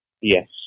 Yes